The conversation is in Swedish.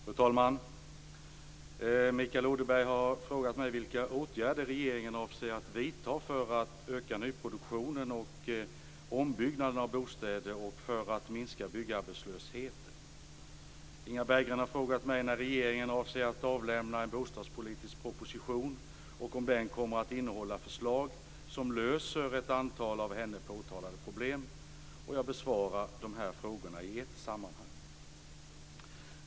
Fru talman! Mikael Odenberg har frågat mig vilka åtgärder regeringen avser att vidta för att öka nyproduktionen och ombyggnaden av bostäder och för att minska byggarbetslösheten. Inga Berggren har frågat mig när regeringen avser att avlämna en bostadspolitisk proposition och om den kommer att innehålla förslag som löser ett antal av henne påtalade problem. Jag besvarar frågorna i ett sammanhang.